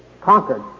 conquered